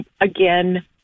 again